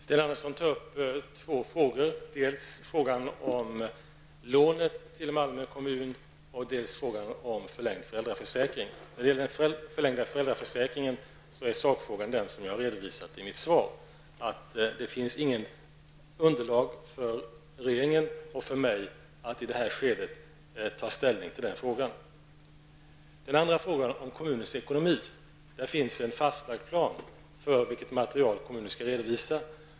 Herr talman! Sten Andersson i Malmö tar upp två frågor: dels lånet till Malmö kommun, dels förlängningen av föräldraförsäkringen. När det gäller förlängningen av föräldraförsäkringen är sakläget det som jag har redovisat i mitt svar, dvs. att det inte finns något underlag för regeringen och för mig att i detta skede ta ställning till den frågan. Vad beträffar kommunens ekonomi finns en fastlagd plan för vilka material som kommunen skall redovisa.